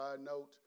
note